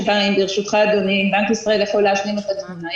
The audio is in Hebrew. ברשותך, אדוני, בנק ישראל יכול להשלים את התמונה.